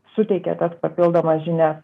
suteikia tas papildomas žinias